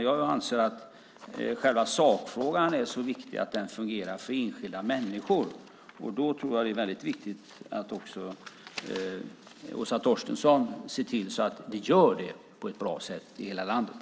Jag anser att det är viktigt att detta, själva sakfrågan, fungerar för enskilda människor. Då är det också viktigt att Åsa Torstensson ser till att det gör det på ett bra sätt i hela landet.